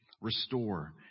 restore